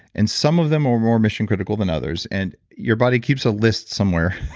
and some of them are more mission critical than others, and your body keeps a list somewhere.